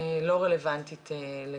אני מקבל אחרי הרבה חודשים תשובות לקוניות,